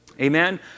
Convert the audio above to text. Amen